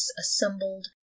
assembled